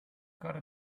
gotta